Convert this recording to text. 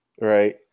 Right